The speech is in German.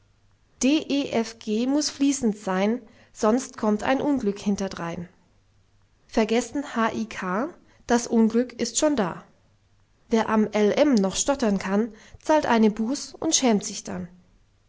g muß fließend sein sonst kommt ein unglück hintendrein vergessen h i k das unglück ist schon da wer am l m noch stottern kann zahlt eine buß und schämt sich dann